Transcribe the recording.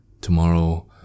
tomorrow